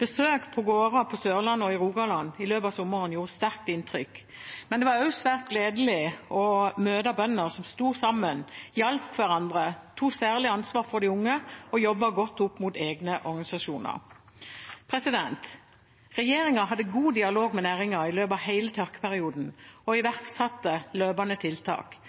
Besøk på gårder på Sørlandet og i Rogaland i løpet av sommeren gjorde sterkt inntrykk. Men det var også svært gledelig å møte bønder som sto sammen, hjalp hverandre, tok særlig ansvar for de unge og jobbet godt opp mot egne organisasjoner. Regjeringen hadde god dialog med næringen i løpet av hele tørkeperioden og iverksatte løpende tiltak.